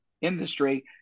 industry